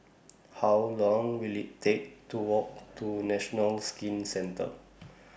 How Long Will IT Take to Walk to National Skin Centre